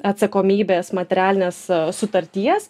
atsakomybės materialinės sutarties